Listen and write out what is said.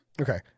Okay